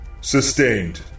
Sustained